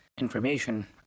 information